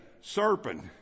serpent